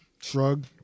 shrug